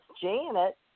Janet